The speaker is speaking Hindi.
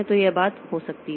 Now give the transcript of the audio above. तो यह बात हो सकती है